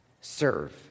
serve